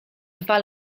dwa